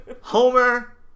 Homer